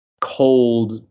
cold